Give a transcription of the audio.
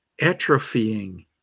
atrophying